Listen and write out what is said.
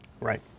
Right